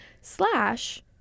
Slash